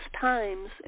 times